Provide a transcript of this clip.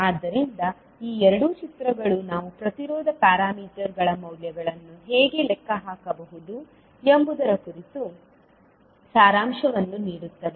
ಆದ್ದರಿಂದ ಈ ಎರಡು ಚಿತ್ರಗಳು ನಾವು ಪ್ರತಿರೋಧ ಪ್ಯಾರಾಮೀಟರ್ಗಳ ಮೌಲ್ಯಗಳನ್ನು ಹೇಗೆ ಲೆಕ್ಕ ಹಾಕಬಹುದು ಎಂಬುದರ ಕುರಿತು ಸಾರಾಂಶವನ್ನು ನೀಡುತ್ತವೆ